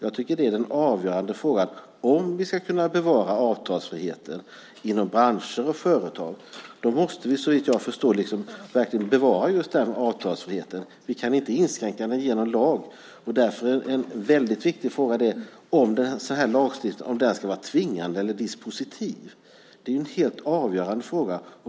Jag tycker att det är den avgörande frågan: Om vi ska kunna bevara avtalsfriheten inom branscher och företag så måste vi, såvitt jag förstår, verkligen också bevara just denna avtalsfrihet. Vi kan inte inskränka den genom lag. Därför är en väldigt viktig fråga om en sådan här lagstiftning ska vara tvingande eller dispositiv. Det är en helt avgörande fråga.